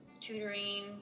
tutoring